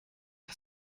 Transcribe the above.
das